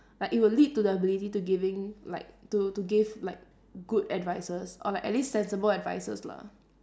like it will lead to the ability to giving like to to give like good advices or like at least sensible advices lah